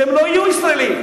שהם לא יהיו ישראלים.